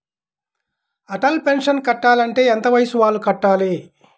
Atal pension కట్టాలి అంటే ఎంత వయసు వాళ్ళు కట్టాలి?